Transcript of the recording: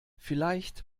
vielleicht